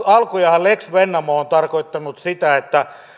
alkujaan lex vennamo on tarkoittanut sitä että